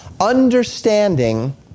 understanding